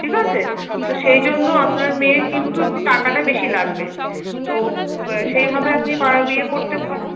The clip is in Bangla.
ঠিক আছে তো সেই জন্য আপনার মেয়ের কিন্তু টাকাটা বেশি লাগবে তো সেইভাবে আপনি পার ইয়ে করতে পার